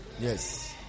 Yes